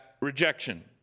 rejection